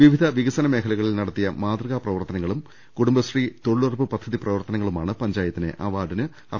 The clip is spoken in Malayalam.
വിവിധ വികസ ന മേഖലയിൽ നടത്തിയ മാതൃകാപ്രവർത്തനങ്ങളും കൂടുംബശ്രീ തൊഴിലുറപ്പ് പദ്ധതി പ്രവർത്തനങ്ങളുമാണ് പഞ്ചായത്തിനെ അവാർഡിന് അർഹമാക്കിയത്